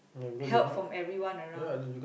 help from everyone around